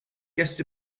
guest